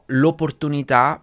l'opportunità